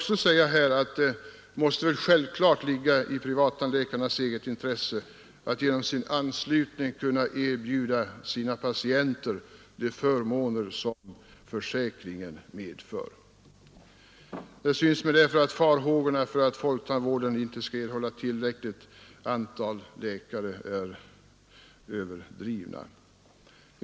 Självfallet måste det också ligga i privattandläkarnas eget intresse att genom en anslutning kunna erbjuda sina patienter de förmåner som försäkringen medför. 57 Det vill också synas som om farhågorna för att tandvården inte skulle erhålla ett tillräckligt antal läkare är överdrivna.